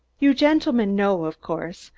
you gentlemen know, of course,